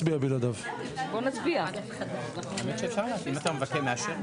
אנחנו נגיע להבנות על איך לעשות את זה.